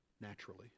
naturally